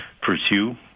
pursue